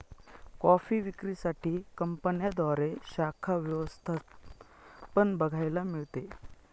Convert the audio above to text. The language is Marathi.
कॉफी विक्री साठी कंपन्यांद्वारे शाखा व्यवस्था पण बघायला मिळते